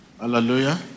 Hallelujah